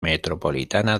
metropolitana